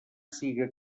siga